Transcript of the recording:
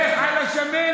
לך על השמנת.